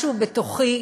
משהו בתוכי